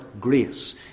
grace